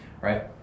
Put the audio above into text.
right